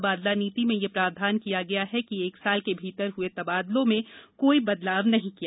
तबादला नीति में यह प्रावधान किया गया है कि एक साल के भीतर हुए तबादलों में कोई बदलाव नहीं होगा